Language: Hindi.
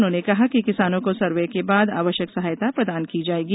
उन्होंने कहा कि किसानों को सर्वे के बाद आवश्यक सहायता प्रदान की जाएगी